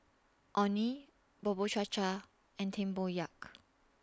Orh Nee Bubur Cha Cha and Tempoyak